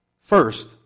first